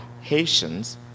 Haitians